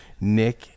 Nick